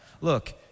Look